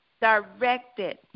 directed